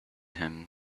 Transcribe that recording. him